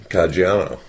Caggiano